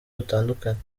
butandukanye